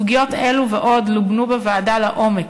סוגיות אלו ועוד לובנו בוועדה לעומק,